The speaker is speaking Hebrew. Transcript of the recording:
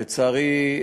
לצערי,